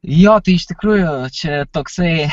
jo tai iš tikrųjų čia toksai